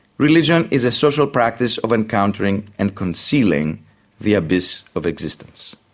religion is a social practice of encountering and concealing the abyss of existence.